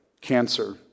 cancer